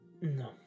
No